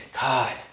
God